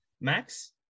Max